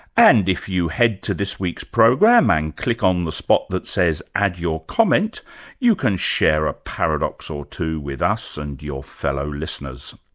and if you head to this week's program and click on the spot that says add your comment you can share a paradox or two with us and your fellow-listeners.